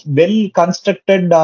well-constructed